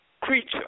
creature